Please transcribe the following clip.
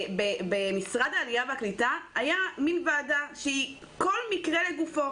במשרד העלייה והקליטה הייתה ועדה שהיא מתייחסת לכל מקרה לגופו.